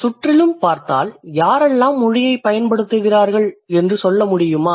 சுற்றிலும் பார்த்தால் யாரெல்லாம் மொழியைப் பயன்படுத்துகிறார்கள் என்று சொல்ல முடியுமா